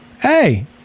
Hey